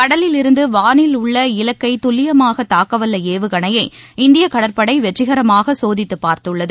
கடலில் இருந்து வாளில் உள்ள இலக்கை துல்லியமாக தாக்கவல்ல ஏவுகணையை இந்திய கடற்படை வெற்றிகரமாக சோதித்து பார்த்தது